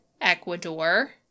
Ecuador